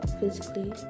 physically